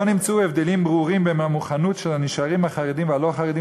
לא נמצאו הבדלים ברורים בין המוכנות של הנשאלים החרדים והלא-חרדים